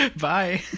Bye